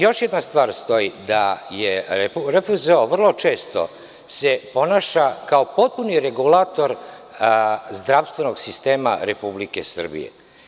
Još jedna stvar stoji, da RFZO vrlo često se ponaša kao potpuni regulator zdravstvenog sistema Republike Srbije.